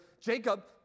Jacob